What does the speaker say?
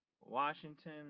Washington